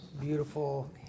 beautiful